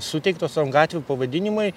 suteiktos ant gatvių pavadinimai